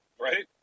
Right